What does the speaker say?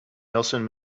nelson